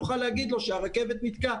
נוכל להגיד לו שהרכבת נתקעה,